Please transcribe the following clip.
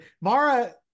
Mara